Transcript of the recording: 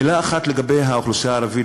מילה אחת לגבי האוכלוסייה הערבית,